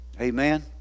Amen